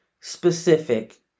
specific